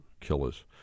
killers